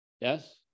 yes